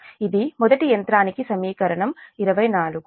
ఇది మొదటి యంత్రానికి సమీకరణం 24